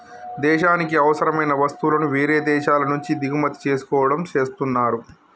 దేశానికి అవసరమైన వస్తువులను వేరే దేశాల నుంచి దిగుమతి చేసుకోవడం చేస్తున్నరు